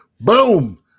Boom